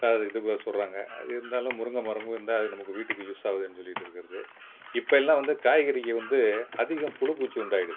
sir இது ப சொல்கிறாங்க அது இருந்தாலும் முருங்கைமரமும் இருந்தால் அது நமக்கு வீட்டுக்கு யூஸ் ஆகுதேன்னு சொல்லிகிட்டு இருக்கிறது இப்பெல்லாம் வந்து காய்கறிகள் வந்து அதிகம் புழு பூச்சி உண்டாகிடுது